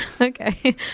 Okay